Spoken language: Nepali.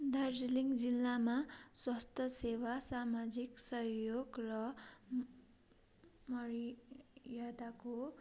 दार्जिलिङ जिल्लामा स्वास्थ्य सेवा सामाजिक सहयोग र मरयादाको